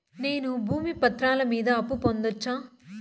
నేను భూమి పత్రాల మీద అప్పు పొందొచ్చా?